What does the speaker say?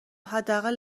حداقل